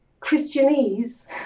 Christianese